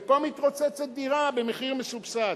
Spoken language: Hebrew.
ופה מתרוצצת דירה במחיר מסובסד.